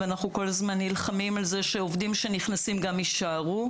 ואנחנו כל הזמן נלחמים על זה שעובדים שנכנסים גם יישארו.